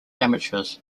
amateurs